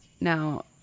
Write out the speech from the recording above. Now